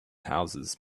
houses